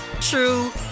true